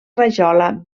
rajola